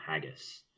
haggis